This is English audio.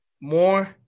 more